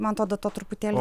man atrodo to truputėlį